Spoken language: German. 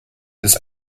des